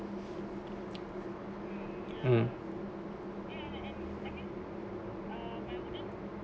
um